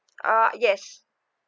uh yes